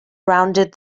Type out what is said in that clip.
rounded